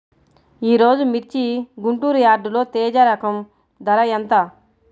ఈరోజు మిర్చి గుంటూరు యార్డులో తేజ రకం ధర ఎంత?